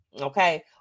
okay